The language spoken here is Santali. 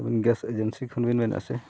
ᱟᱵᱤᱱ ᱠᱷᱚᱱ ᱵᱮᱱ ᱢᱮᱱᱮᱫᱟ ᱥᱮ